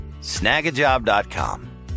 Snagajob.com